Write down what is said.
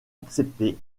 accepté